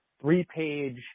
three-page